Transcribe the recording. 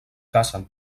cacen